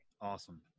Awesome